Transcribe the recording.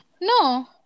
No